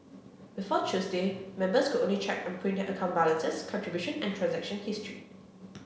before Tuesday members could only check and print their account balances contribution and transaction history